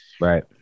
right